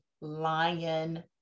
lion